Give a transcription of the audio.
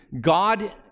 God